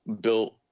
built